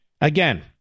again